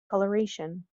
coloration